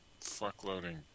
fuckloading